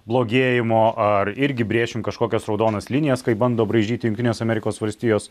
blogėjimo ar irgi brėšim kažkokias raudonas linijas kai bando braižyti jungtinės amerikos valstijos